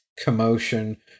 Commotion